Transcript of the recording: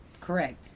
Correct